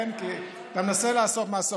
כי אתה מנסה לעשות מהסוף.